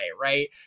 right